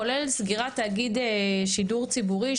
כולל סגירת תאגיד שידור ציבורי,